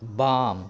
बाम